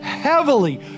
Heavily